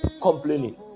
complaining